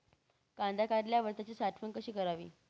कांदा काढल्यावर त्याची साठवण कशी करावी?